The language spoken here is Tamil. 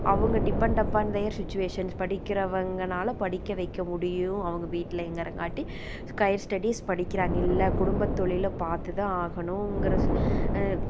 அவங்க டிப்பன்ட் அப்பான் தேயர் ஷுச்வேஷன்ஸ் படிக்கிறவங்கனால படிக்க வைக்க முடியும் அவங்க வீட்லேங்கிறங்காட்டி ஸ்கையர் ஸ்டடீஸ் படிக்கிறாங்க இல்லை குடும்பத் தொழிலை பார்த்து தான் ஆகணுங்கிற சு